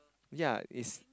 ya is